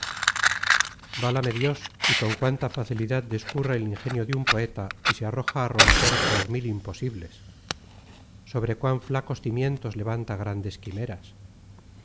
válame dios y con cuánta facilidad discurre el ingenio de un poeta y se arroja á romper por mil imposibles sobre cuán flacos cimientos levanta grandes quimeras